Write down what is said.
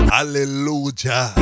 Hallelujah